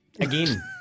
Again